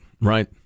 right